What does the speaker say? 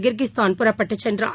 Kyrgyzstan புறப்பட்டுச் சென்றார்